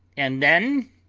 and when